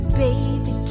baby